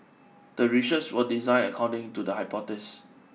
the research was designed according to the hypothesis